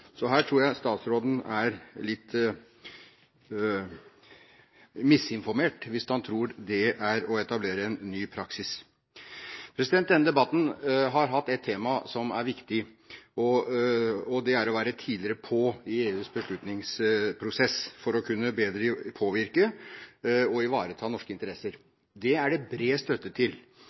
Her tror jeg statsråden er litt misinformert, hvis han tror det er å etablere en ny praksis. Denne debatten har hatt et tema som er viktig, og det er å være tidligere på i EUs beslutningsprosess for bedre å kunne påvirke og ivareta norske interesser. Det er det bred støtte til,